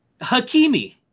Hakimi